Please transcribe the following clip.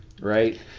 right